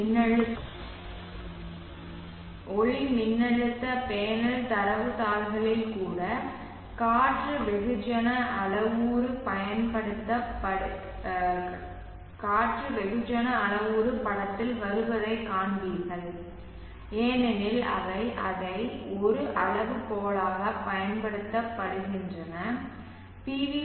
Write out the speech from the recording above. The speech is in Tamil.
வி ஒளிமின்னழுத்த பேனல் தரவுத்தாள்களில் கூட காற்று வெகுஜன அளவுரு படத்தில் வருவதைக் காண்பீர்கள் ஏனெனில் அவை அதை ஒரு அளவுகோலாகப் பயன்படுத்துகின்றன பி